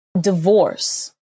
Divorce